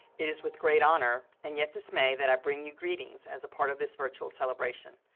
it is with great honor, and yet dismay, that i bring you greetings as a part of this virtual celebration.